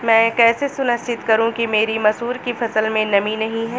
मैं कैसे सुनिश्चित करूँ कि मेरी मसूर की फसल में नमी नहीं है?